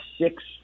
six